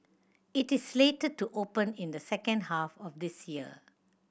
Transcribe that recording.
it is slated to open in the second half of this year